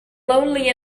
lonely